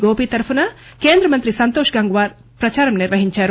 గోపి తరఫున కేంద్ర మంత్రి సంతోష్ గంగ్వాల్ ప్రచారం నిర్వహించారు